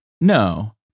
No